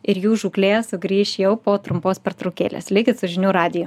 ir jų žūklė sugrįš jau po trumpos pertraukėlės likit su žinių radiju